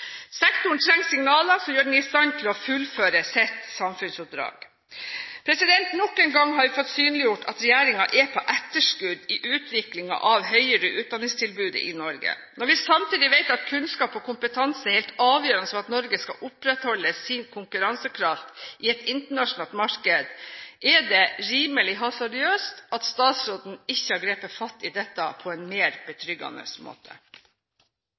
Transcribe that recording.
Sektoren trenger signaler som gjør den i stand til å fullføre sitt samfunnsoppdrag. Nok en gang har vi fått synliggjort at regjeringen er på etterskudd i utviklingen av høyere utdanningstilbud i Norge. Når vi samtidig vet at kunnskap og kompetanse er helt avgjørende for at Norge skal opprettholde sin konkurransekraft i et internasjonalt marked, er det rimelig hasardiøst at statsråden ikke har grepet fatt i dette på en mer betryggende måte.